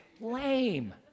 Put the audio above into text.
lame